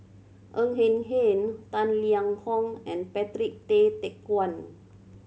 Ng Eng Hen Tang Liang Hong and Patrick Tay Teck Guan